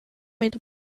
made